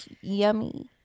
yummy